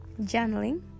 Journaling